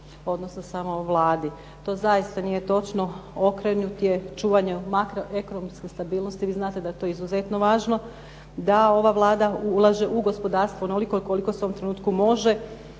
odnosno samo Vladi. To zaista nije točno, okrenut je čuvanju makroekonomske stabilnosti vi znate da je to izuzetno važno, da ova Vlada ulaže u gospodarstvo onoliko koliko u ovom trenutku može,